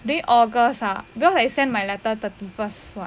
during august ah because I sent my letter thirty first [what]